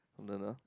hold on ah